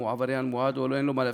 אם הוא עבריין מועד אין לו מה להפסיד,